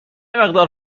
مقدار